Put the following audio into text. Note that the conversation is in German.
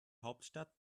hauptstadt